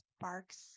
sparks